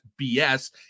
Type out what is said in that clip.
BS